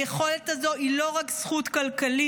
היכולת הזו היא לא רק זכות כלכלית,